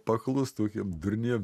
paklust tokiem durniem